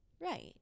Right